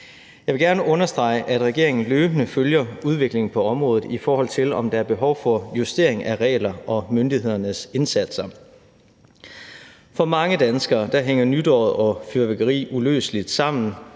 Jeg vil gerne understrege, at regeringen løbende følger udviklingen på området, i forhold til om der er behov for justering af regler og myndighedernes indsatser. For mange danskere hænger nytåret og fyrværkeri uløseligt sammen.